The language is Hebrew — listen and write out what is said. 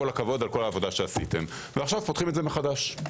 כל הכבוד על כל העבודה שעשינו ועכשיו פותחים את זה מחדש.